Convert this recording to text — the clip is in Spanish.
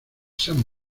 san